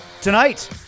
tonight